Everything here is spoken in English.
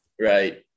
right